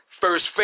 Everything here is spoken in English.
First